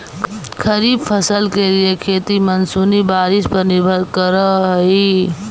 खरीफ फसल के लिए खेती मानसूनी बारिश पर निर्भर करअ हई